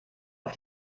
auf